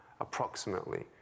approximately